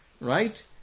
right